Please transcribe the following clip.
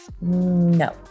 no